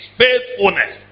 faithfulness